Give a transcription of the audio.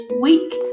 week